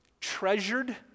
treasured